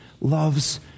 loves